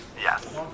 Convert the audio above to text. yes